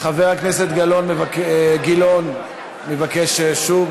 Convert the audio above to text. חבר הכנסת גלאון, גילאון, מבקש שוב.